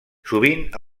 sovint